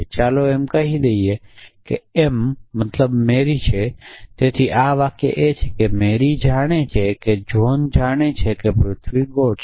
અને ચાલો એમ કહી દઈએ કે m મતલબ મેરી છે તેથી આ વાક્ય એ છે કે મેરી જાણે છે કે જ્હોન જાણે છે કે પૃથ્વી ગોળ છે